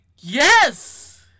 Yes